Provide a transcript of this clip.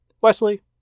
Wesley